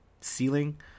ceiling